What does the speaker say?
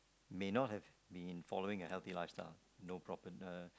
may not have been following a healthy lifestyle no problem